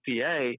PA